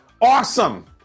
Awesome